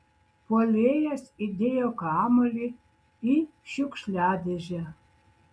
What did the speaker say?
puolėjas įdėjo kamuolį į šiukšliadėžę